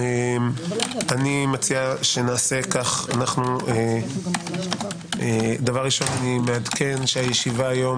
אני מציע שנעשה כך: דבר ראשון אני מעדכן שהישיבה היום